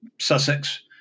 Sussex